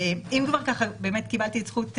אם כבר קיבלתי את זכות הדיבור,